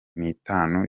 nitanu